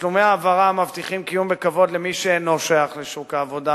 תשלומי העברה המבטיחים קיום בכבוד למי שאינו שייך לשוק העבודה,